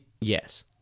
yes